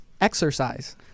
Exercise